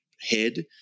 head